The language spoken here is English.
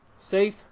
safe